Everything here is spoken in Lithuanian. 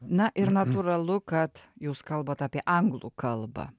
na ir natūralu kad jūs kalbat apie anglų kalbą